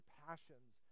passions